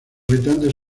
habitantes